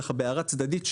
בהערה צדדית,